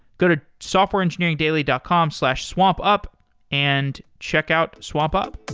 go to softwareengineeringdaily dot com slash swampup and check out swampup